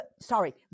sorry